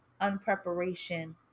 unpreparation